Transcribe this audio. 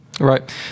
Right